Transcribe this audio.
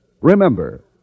Remember